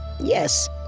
Yes